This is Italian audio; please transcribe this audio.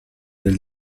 del